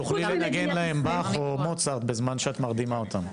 תוכלי לנגן להם באח או מוצרט בזמן שאת מרדימה אותם.